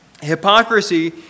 hypocrisy